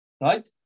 right